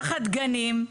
תחת גנים,